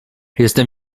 jestem